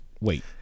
Wait